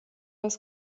das